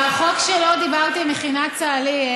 בחוק שלו דיברתי עם מכינת צהלי.